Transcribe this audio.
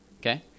Okay